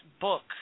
book